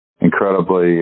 incredibly